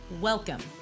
Welcome